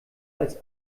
als